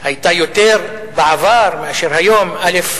היתה יותר בעבר מאשר היום, א.